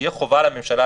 תהיה חובה על הממשלה,